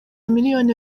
miliyoni